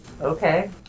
Okay